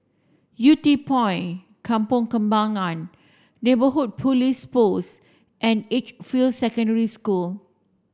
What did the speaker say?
Yew Tee Point Kampong Kembangan Neighbourhood Police Post and Edgefield Secondary School